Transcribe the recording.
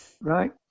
Right